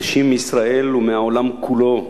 אנשים מישראל ומהעולם כולו,